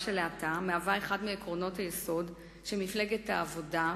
של האטה מהווה אחד מעקרונות היסוד שמפלגת העבודה,